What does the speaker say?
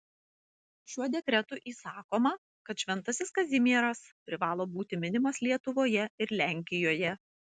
šiuo dekretu įsakoma kad šventasis kazimieras privalo būti minimas lietuvoje ir lenkijoje